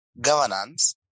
governance